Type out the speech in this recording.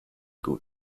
gut